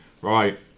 right